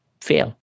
fail